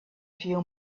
few